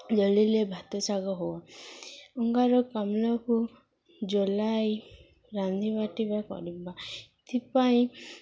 ଜଳିଲେ ଭାତ ଶାଗ ହୁଅ ଅଙ୍ଗାରକାମ୍ଲକୁ ଜଲାଇ ରାନ୍ଧିବାଟିବା କରିବା ଏଥିପାଇଁ